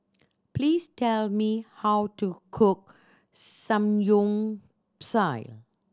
please tell me how to cook Samgyeopsal